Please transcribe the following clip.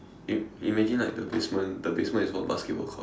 im~ imagine like the basement the basement is all basketball court